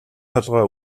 толгой